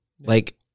like-